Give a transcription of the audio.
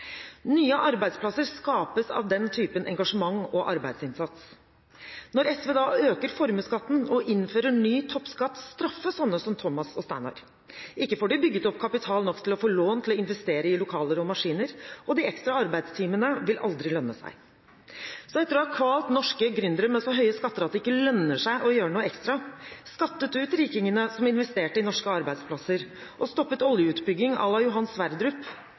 Nye arbeidsplasser skapes av den typen engasjement og arbeidsinnsats. Når SV da øker formuesskatten og innfører ny toppskatt, straffes sånne som Thomas og Steinar. Ikke får de bygget opp kapital nok til å få lån til å investere i lokaler og maskiner, og de ekstra arbeidstimene vil aldri lønne seg. Så etter å ha kvalt norske gründere med så høye skatter at det ikke lønner seg å gjøre noe ekstra, skattet ut rikingene som investerte i norske arbeidsplasser, og stoppet oljeutbygging à la Johan Sverdrup: